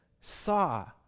saw